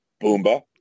Boomba